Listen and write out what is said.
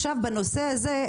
בנושא הזה,